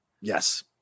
yes